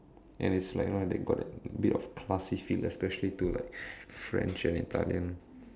and it's like you know they got that bit of classy feel especially to like French and Italian